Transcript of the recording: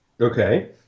Okay